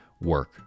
work